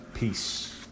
Peace